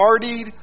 partied